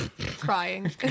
Crying